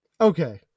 Okay